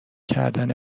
کردن